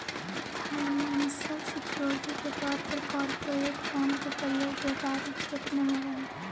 financial security के तौर पर कॉरपोरेट बॉन्ड के प्रयोग व्यापारिक क्षेत्र में होवऽ हई